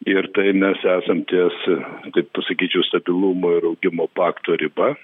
ir tai mes esam ties taip pasakyčiau stabilumo ir augimo pakto riba